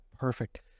Perfect